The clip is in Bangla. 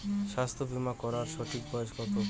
স্বাস্থ্য বীমা করার সঠিক বয়স কত?